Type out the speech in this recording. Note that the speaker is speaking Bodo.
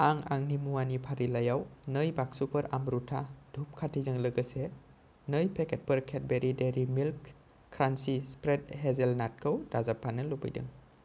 आं आंनि मुवानि फारिलाइयाव नै बाक्सुफोर आमरुथा धुप खाथिजों लोगोसे नै पेकेटफोर Cadbury Dairy Milk crunchy spread हेजेलनाटखौ दाजाबफानो लुबैदों